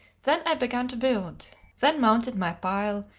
then i began to build then mounted my pile,